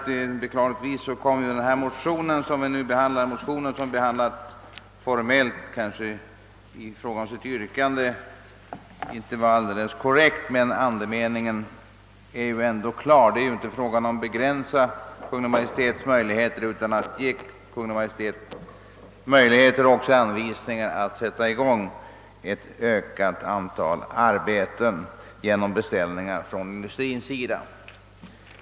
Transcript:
Beklagligtvis har yrkandet i vår motion inte blivit fullt korrekt, men andemeningen är ändå helt klar. Det är inte fråga om att begränsa Kungl. Maj:ts möjligheter utan i stället att öka möjligheterna att sätta i gång ett större antal arbetsprojekt genom beställningar hos industrin.